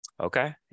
Okay